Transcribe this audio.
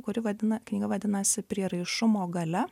kuri vadina knyga vadinasi prieraišumo galia